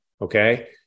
okay